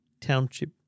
township